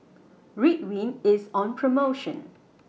Ridwind IS on promotion